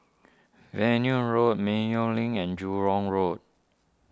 Venus Road Mayo Linn and Jurong Road